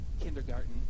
kindergarten